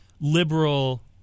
liberal